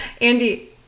Andy